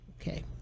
okay